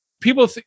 People